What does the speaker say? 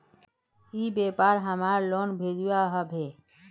ई व्यापार हमार लोन भेजुआ हभे?